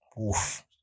Oof